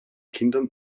kindern